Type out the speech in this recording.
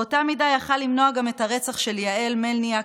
באותה מידה הוא יכול היה למנוע גם את הרצח של יעל מלניק,